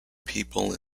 people